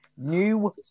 New